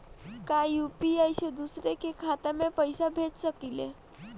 का यू.पी.आई से दूसरे के खाते में पैसा भेज सकी ले?